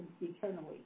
eternally